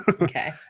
Okay